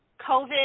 COVID